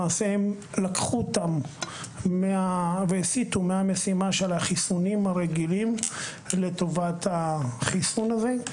למעשה לקחו אותן והסיתו מהמשימה של החיסונים הרגילים לטובת החיסון הזה.